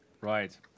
Right